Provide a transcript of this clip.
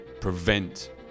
prevent